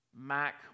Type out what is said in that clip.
Mac